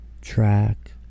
track